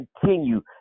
continue